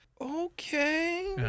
Okay